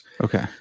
Okay